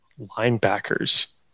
Linebackers